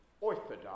Orthodox